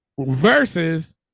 versus